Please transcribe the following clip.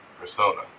Persona